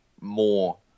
more